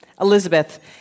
Elizabeth